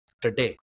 today